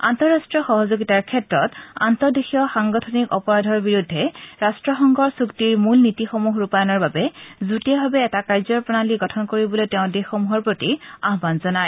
আন্তঃৰাষ্ট্ৰীয় সহযোগিতাৰ ক্ষেত্ৰত আন্তঃদেশীয় সাংগঠনিক অপৰাধৰ বিৰুদ্ধে ৰট্টসংঘৰ চুক্তিৰ মূল নীতিসমূহ ৰূপায়ণৰ বাবে যুটীয়াভাৱে এটা কাৰ্য প্ৰণালী গঠন কৰিবলৈ তেওঁ দেশসমূহৰ প্ৰতি আহান জনায়